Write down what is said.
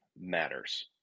matters